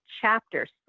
chapters